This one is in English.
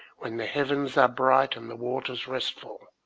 when the heavens are bright and the waters restful,